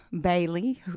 Bailey